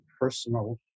personal